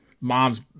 mom's